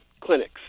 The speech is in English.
clinics